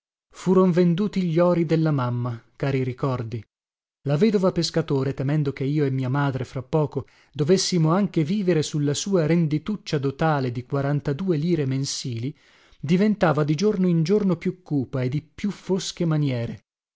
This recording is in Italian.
furon venduti gli ori della mamma cari ricordi la vedova pescatore temendo che io e mia madre fra poco dovessimo anche vivere sulla sua rendituccia dotale di quarantadue lire mensili diventava di giorno in giorno più cupa e di più fosche maniere